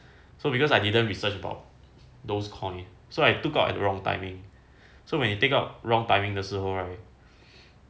so because I didn't research about those coin so I took out at wrong timing so when you take out wrong timing 的时候 right